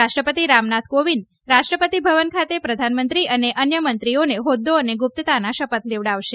રાષ્ટ્રપતિ રામનાથ કોવિંદ રાષ્ટ્રપતિભવન ખાતે પ્રધાનમંત્રી અને અન્ય મંત્રીઓને હોદ્દો અને ગુપ્તતાના શપથ લેવડાવશે